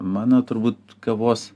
mano turbūt kavos